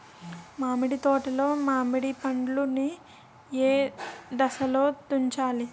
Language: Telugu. మామిడి తోటలో మామిడి పండు నీ ఏదశలో తుంచాలి?